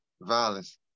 violence